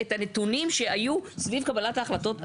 את הנתונים שהיו סביב קבלת ההחלטות?